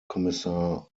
kommissar